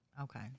Okay